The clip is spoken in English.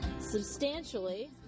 substantially